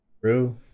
true